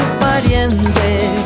pariente